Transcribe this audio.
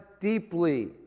deeply